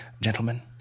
gentlemen